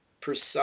precise